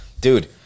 Dude